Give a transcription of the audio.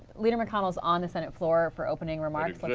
leader mcconnell is on the senate floor for opening remarks. but